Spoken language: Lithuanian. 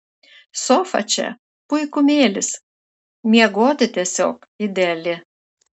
sofa čia puikumėlis miegoti tiesiog ideali